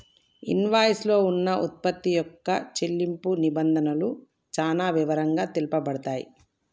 invoice లో కొన్న వుత్పత్తి యొక్క చెల్లింపు నిబంధనలు చానా వివరంగా తెలుపబడతయ్